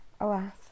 alas